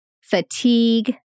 fatigue